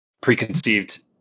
preconceived